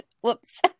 whoops